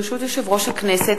ברשות יושב-ראש הכנסת,